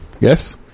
Yes